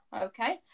Okay